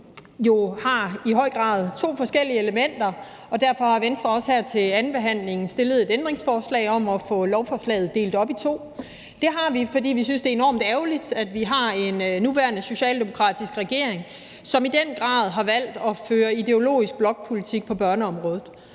jo har to meget forskellige elementer, og derfor har Venstre også her til andenbehandlingen stillet et ændringsforslag om at få lovforslaget delt op i to. Det har vi, fordi vi synes, det er enormt ærgerligt, at vi nu har en socialdemokratisk regering, som i den grad har valgt at føre ideologisk blokpolitik på børneområdet,